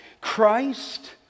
Christ